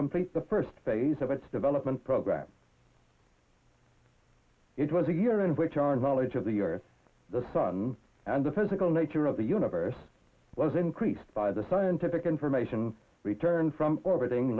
complete the first phase of its development program it was a year in which our knowledge of the earth the sun and the physical nature of the universe was increased by the scientific information returned from or